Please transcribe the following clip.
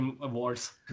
Awards